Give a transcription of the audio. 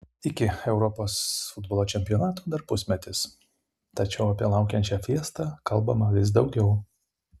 iki europos futbolo čempionato dar pusmetis tačiau apie laukiančią fiestą kalbama vis daugiau